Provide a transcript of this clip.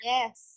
Yes